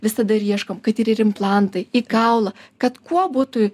visada ir ieškom kad ir implantai į kaulą kad kuo būtų